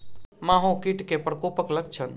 माहो कीट केँ प्रकोपक लक्षण?